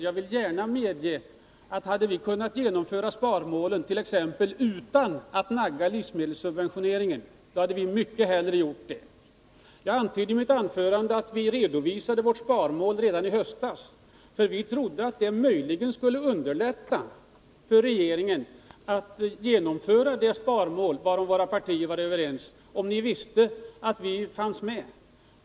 Jag vill gärna medge, att om vi hade kunnat genomföra sparmålet utan att nagga livsmedelssubventioneringen i kanten hade vi mycket hellre gjort det. Jag antydde i mitt anförande att vi redovisade vårt sparmål redan i höstas. Vi trodde att det möjligen skulle underlätta för regeringen att genomföra det sparmål varom våra partier var överens, om den visste att vi stod fast vid det.